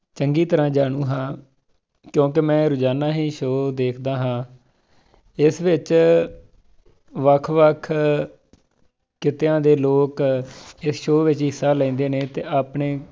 ਚੰਗੀ ਤਰ੍ਹਾਂ ਜਾਣੂ ਹਾਂ ਕਿਉਂਕਿ ਮੈਂ ਰੋਜ਼ਾਨਾ ਹੀ ਸ਼ੋਅ ਦੇਖਦਾ ਹਾਂ ਇਸ ਵਿੱਚ ਵੱਖ ਵੱਖ ਕਿੱਤਿਆਂ ਦੇ ਲੋਕ ਇਸ ਸ਼ੋਅ ਵਿੱਚ ਹੀ ਹਿੱਸਾ ਲੈਂਦੇ ਨੇ ਅਤੇ ਆਪਣੇ